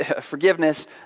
forgiveness